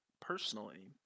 personally